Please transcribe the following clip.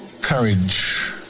Courage